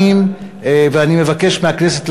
הכנסת.